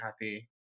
happy